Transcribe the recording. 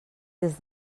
des